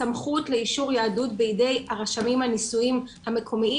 הסמכות לאישור יהדות בידי הרשמים הנישואין המקומיים,